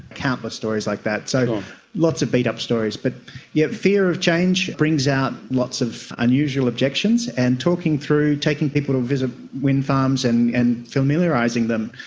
countless stories like that. so um lots of beat-up stories. but yeah fear of change brings out lots of unusual objections, and talking through, taking people to visit windfarms and and familiarising them,